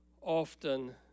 often